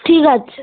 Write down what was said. ঠিক আছে